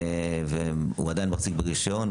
והוא עדיין מחזיק ברישיון,